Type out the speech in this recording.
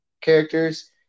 characters